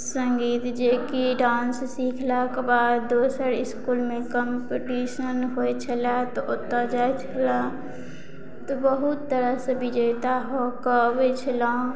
संगीत जेकि डान्स सीखलाक बाद दोसर इसकुलमे कम्पटिशन होइ छलए तऽ ओतऽ जाइ छलए तऽ बहुत तरहसँ विजेता हो कऽ अबै छलहुॅं